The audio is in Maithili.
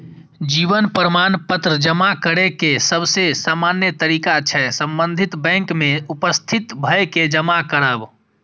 जीवन प्रमाण पत्र जमा करै के सबसे सामान्य तरीका छै संबंधित बैंक में उपस्थित भए के जमा करब